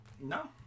No